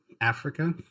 Africa